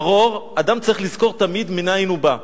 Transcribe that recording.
מרור, אדם צריך לזכור תמיד מנין הוא בא.